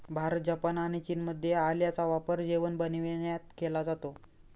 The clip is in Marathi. भारत, जपान आणि चीनमध्ये आल्याचा वापर जेवण बनविण्यात केला जातो